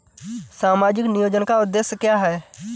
सामाजिक नियोजन का उद्देश्य क्या है?